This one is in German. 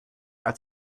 als